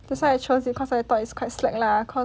that's why I chose it cause I thought it's quite slack lah